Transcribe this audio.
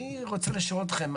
אני רוצה לשאול אתכם,